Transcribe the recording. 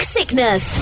Sickness